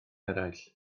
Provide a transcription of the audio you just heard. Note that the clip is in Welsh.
eraill